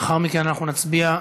לאחר מכן אנחנו נצביע,